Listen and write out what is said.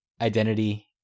identity